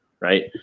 Right